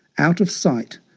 out of sight,